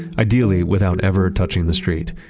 ideally, without ever touching the street.